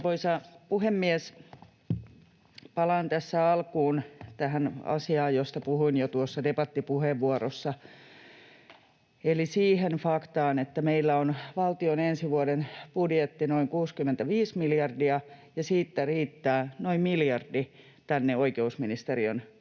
Palaan tässä alkuun asiaan, josta puhuin jo tuossa debattipuheenvuorossa, eli siihen faktaan, että meillä valtion ensi vuoden budjetti on noin 65 miljardia ja siitä riittää noin miljardi tänne oikeusministeriön hallinnonalalle.